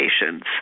patients